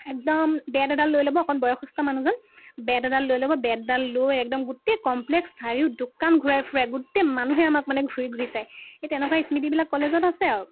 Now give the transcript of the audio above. একদম বেত এডাল লৈ ল'ব অকণ বয়সস্থ মানুহজন বেত এডাল লৈ ল'ব বেতডাল লৈ একদম গোটেই কমপ্লেক্স চাৰিও দোকান ঘূৰাই ফুৰে আমাক গোটেই মানুহে আমাক ঘূৰি ঘূৰি চায় এই তেনকুৱা স্মৃতিবিলাক কলেজত আছে আৰু